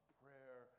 prayer